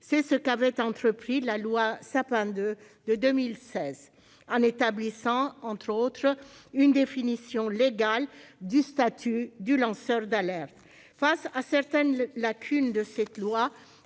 C'est ce qu'avait entrepris la loi Sapin II de 2016, en établissant, entre autres, une définition légale du statut de lanceur d'alerte. Face à certaines lacunes de cette loi